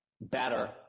better